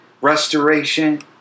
restoration